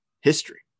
history